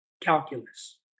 calculus